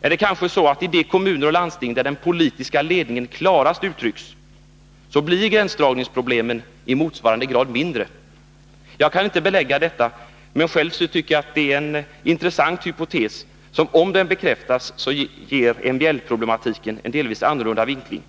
Är det kanske så, att i de kommuner och landsting där den politiska ledningen klarast uttrycks, blir gränsdragningsproblemen i motsvarande grad mindre? Jag kan inte belägga detta, men själv tycker jag att det kan vara en intressant hypotes, som, om den bekräftas, ger MBL-problematiken en delvis annorlunda vinkling.